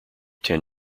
ten